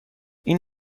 این